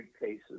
cases